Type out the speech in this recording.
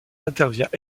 intervient